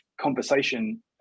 conversation